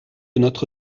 notre